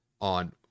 on